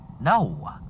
No